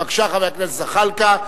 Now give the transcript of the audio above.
בבקשה, חבר הכנסת ג'מאל זחאלקה.